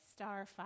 Starfire